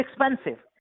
expensive